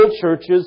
churches